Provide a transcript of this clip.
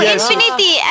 Infinity